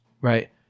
right